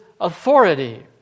authority